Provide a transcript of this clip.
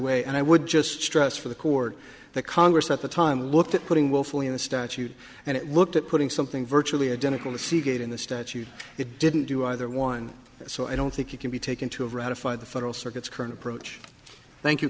and i would just stress for the court the congress at the time looked at putting willfully in the statute and it looked at putting something virtually identical to seagate in the statute it didn't do either one so i don't think it can be taken to ratify the federal circuit's current approach thank you